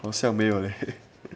好像没有 leh